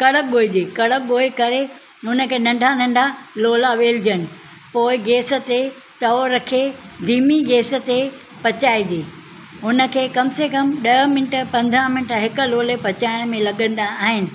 कण्क गोहिजे कण्क गोहे करे हुन खे नंढा नंढा लोला वेलजनि पोए गैस ते तओ रखे धीमी गैस ते पचाइजे हुन खे कम से कम ॾह मिंट पंद्रहं मिंट हिकु लोले पचाइण में लॻंदा आहिनि